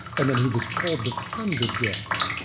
and then he was called the friend of god.